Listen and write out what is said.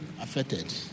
affected